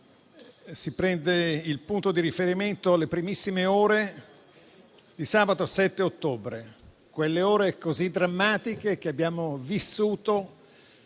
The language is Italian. si prendono come punto di riferimento le primissime ore di sabato 7 ottobre; quelle ore così drammatiche che abbiamo vissuto